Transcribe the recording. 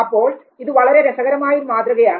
അപ്പോൾ ഇത് വളരെ രസകരമായ ഒരു മാതൃകയാണ്